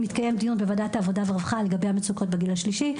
דיון לגבי המצוקות בגיל השלישי יתקיים דיון בוועדת העבודה והרווחה.